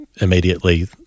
immediately